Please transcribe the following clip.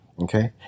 Okay